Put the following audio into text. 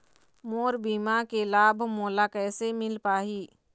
मोर बीमा के लाभ मोला कैसे मिल पाही?